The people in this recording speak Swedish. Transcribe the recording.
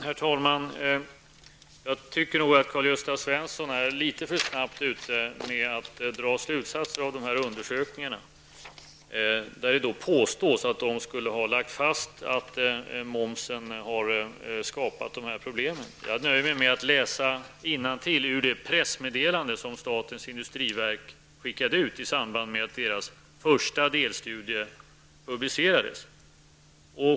Herr talman! Jag tycker nog att Karl-Gösta Svenson litet för snabbt drar slutsatser av de här undersökningarna. Det påstås att man i dessa undersökningar skulle ha lagt fast att momsen har skapat dessa problem. Jag nöjer mig med att läsa innantill ur det pressmeddelande som statens industriverk skickade ut i samband med att deras första delstudie publicerades.